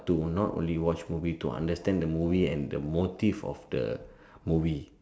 to not only watch movie to understand the movie the motive of the movie